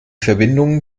verbindung